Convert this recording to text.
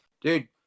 Dude